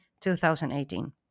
2018